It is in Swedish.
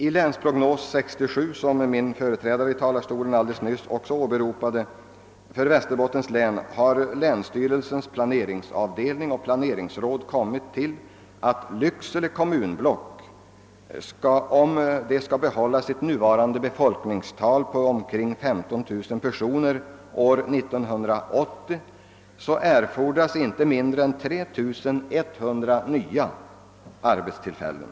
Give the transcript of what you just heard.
I länsprognos 67 för Västerbottens län, som min företrädare i talarstolen alldeles nyss åberopade, har länsstyrelsens planeringsavdelning och planeringsråd kommit fram till att Lycksele kommunblock, om det skall kunna behålla sitt nuvarande befolkningstal på omkring 15 000 personer, år 1980 måste ha inte mindre än 3 100 nya arbetstillfällen.